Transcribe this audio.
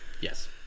Yes